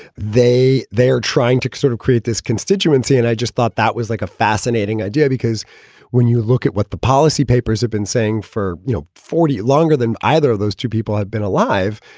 they they are trying to sort of create this constituency. and i just thought that was like a fascinating idea, because when you look at what the policy papers have been saying for, you know, forty longer than either of those two people have been alive,